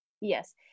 yes